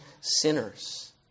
sinners